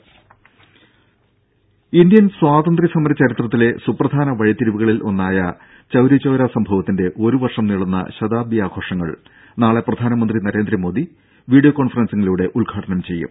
രുര ഇന്ത്യൻ സ്വാതന്ത്ര്യ സമര ചരിത്രത്തിലെ സുപ്രധാന വഴിത്തിരിവുകളിൽ ഒന്നായ ചൌരിചൌര സംഭവത്തിന്റെ ഒരു വർഷം നീളുന്ന ശതാബ്ദി ആഘോഷങ്ങൾ നാളെ പ്രധാനമന്ത്രി നരേന്ദ്രമോദി വീഡിയോ കോൺഫറൻസിങ്ങിലൂടെ ഉദ്ഘാടനം ചെയ്യും